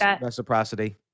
reciprocity